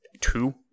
two